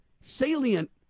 salient